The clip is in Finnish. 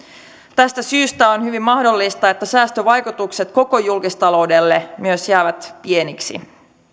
tästä syystä on hyvin mahdollista että myös säästövaikutukset koko julkistaloudelle jäävät pieniksi